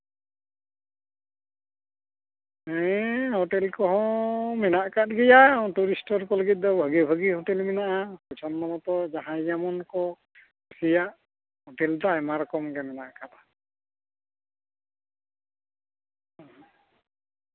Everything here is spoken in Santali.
ᱦᱮᱸ ᱦᱳᱴᱮᱞ ᱠᱚᱦᱚᱸ ᱢᱮᱱᱟᱜ ᱠᱟᱫ ᱜᱮᱭᱟ ᱴᱩᱨᱤᱥᱴᱚᱨ ᱠᱚ ᱞᱟᱹᱜᱤᱫ ᱫᱚ ᱵᱷᱟᱹᱜᱤ ᱵᱷᱟᱹᱜᱤ ᱦᱳᱴᱮᱞ ᱢᱮᱱᱟᱜᱼᱟ ᱯᱚᱪᱷᱚᱱᱫᱚ ᱢᱚᱛᱚ ᱡᱟᱦᱟᱸᱭ ᱡᱮᱢᱚᱱ ᱠᱚ ᱠᱩᱥᱤᱭᱟᱜ ᱠᱤᱱᱛᱩ ᱟᱭᱢᱟ ᱨᱚᱠᱚᱢ ᱜᱮ ᱢᱮᱱᱟᱜ ᱠᱟᱫᱟ